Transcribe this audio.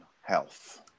health